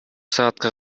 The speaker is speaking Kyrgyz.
саатка